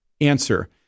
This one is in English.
answer